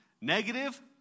negative